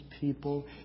people